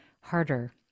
harder